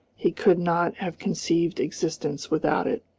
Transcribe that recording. he could not have conceived existence without it.